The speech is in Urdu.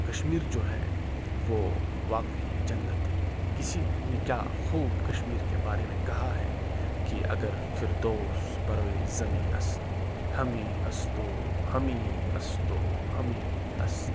کشمیر جو ہے وہ واقعی جنت ہے کسی نے کیا خوب کشمیر کے بارے میں کہا ہے کہ اگر فردوس بر روئے زمیں است ہمیں است و ہمیں است و ہمیں است